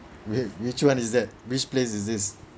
wait which one is that which place is this